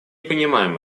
понимаем